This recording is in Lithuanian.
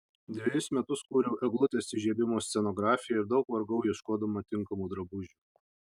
dvejus metus kūriau eglutės įžiebimo scenografiją ir daug vargau ieškodama tinkamų drabužių